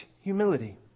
humility